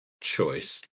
choice